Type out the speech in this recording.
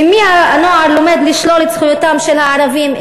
ממי הנוער לומד לשלול את זכויותיהם של הערבים,